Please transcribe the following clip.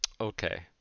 Okay